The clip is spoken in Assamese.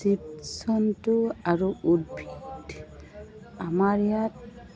জীৱজন্তু আৰু উদ্ভিদ আমাৰ ইয়াত